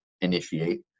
initiate